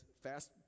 fast